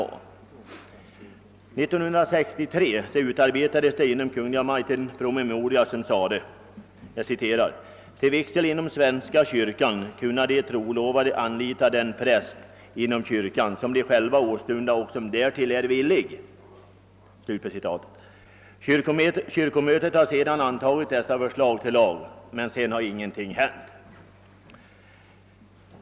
år 1963 utarbetades inom Kungl. Maj:ts kansli en promemoria där följande lydelse av den lagparagraf jag talar om föreslogs: »Till vigsel inom svenska kyrkan kunna de trolovade anlita den präst som de själva åstunda och som därtill är villig.» Kyrkomötet har sedermera anlagit detta förslag, men någonting mera har inte hänt.